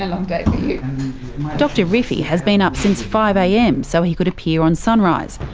and and dr rifi has been up since five am so he could appear on sunrise,